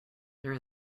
there